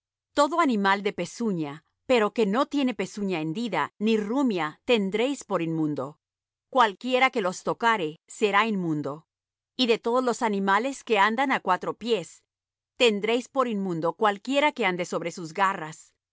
todo animal de pezuña pero que no tiene pezuña hendida ni rumia tendréis por inmundo cualquiera que los tocare será inmundo y de todos los animales que andan á cuatro pies tendréis por inmundo cualquiera que ande sobre sus garras